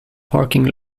parking